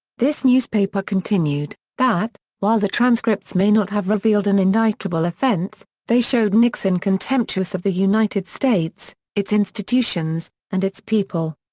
this newspaper continued, that, while the transcripts may not have revealed an indictable offense, they showed nixon contemptuous of the united states, its institutions, and its people.